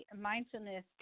mindfulness